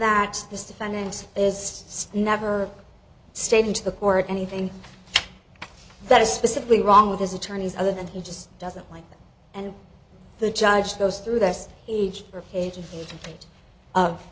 that this defendant is never stated to the court anything that is specifically wrong with his attorneys other than he just doesn't like them and the judge goes through this age or pages of